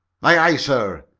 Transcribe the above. aye, sir,